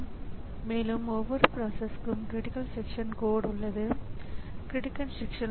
எனவே இதன் மூலம் நாம் சொல்லவரும் கருத்து என்னவென்றால் இது போல் ஒன்று அல்லது அதற்கு மேற்பட்ட ஸிபியுக்களை நாம் வைத்திருக்கிறோம்